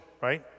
right